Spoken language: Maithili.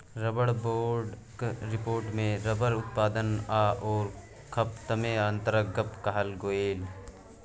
रबर बोर्डक रिपोर्टमे रबर उत्पादन आओर खपतमे अन्तरक गप कहल गेल